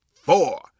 four